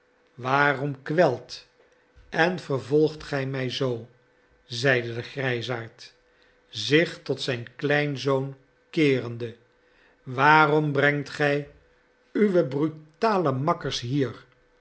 waarom kwelt en vervolgt gij mij zoo zeide de grijsaard zich tot zijn kleinzoon keerende waarom brengt gij uwe brutale makkers hier